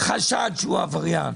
חשד שהוא עבריין.